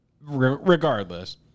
Regardless